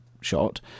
shot